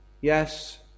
Yes